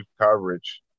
coverage